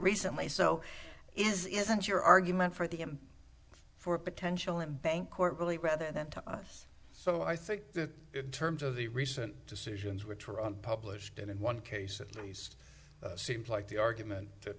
recently so isn't your argument for the i'm for potential in bank court really rather than to us so i think in terms of the recent decisions which are on published and in one case at least seems like the argument that